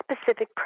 specific